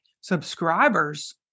subscribers